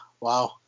Wow